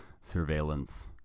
surveillance